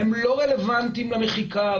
לא רלוונטיים למחיקה.